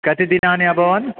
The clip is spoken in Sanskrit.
कति दिनानि अभवत्